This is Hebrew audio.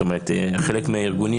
חלק מהארגונים,